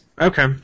Okay